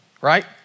Right